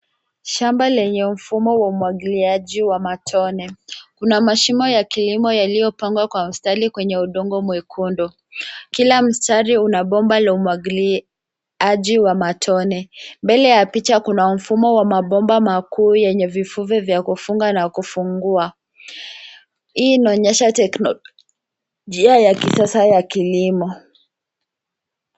Shamba lenye mfumo wa umwagiliaji wa matone. Kuna mashimo ya kilimo yaliyopangwa kwa mstari kwenye udongo mwekundu. Kila mstari una bomba la umwagiliaji wa matone. Mbele ya picha kuna mfumo wa mabomba makuu yenye vifuve vya kufunga na kufungua. Hii inaonyesha teknolojia ya kisasa ya kilimo.